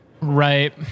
Right